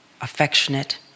affectionate